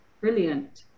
brilliant